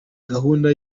gahunda